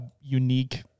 unique